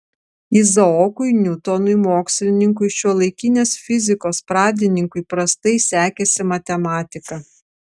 izaokui niutonui mokslininkui šiuolaikinės fizikos pradininkui prastai sekėsi matematika